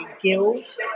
guild